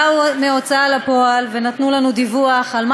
באו מהוצאה לפועל ונתנו לנו דיווח על מה